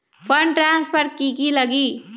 Fund transfer कि की लगी?